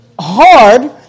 hard